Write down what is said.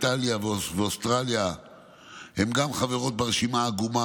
איטליה ואוסטרליה גם הן חברות ברשימה העגומה